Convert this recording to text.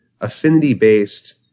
affinity-based